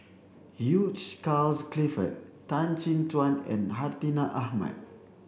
Hugh Charles Clifford Tan Chin Tuan and Hartinah Ahmad